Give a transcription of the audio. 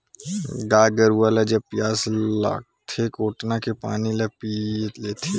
गाय गरुवा ल जब पियास लागथे कोटना के पानी ल पीय लेथे